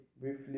briefly